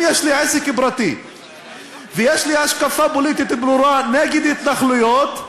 אם יש לי עסק פרטי ויש לי השקפה פוליטית ברורה נגד התנחלויות,